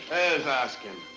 who's asking?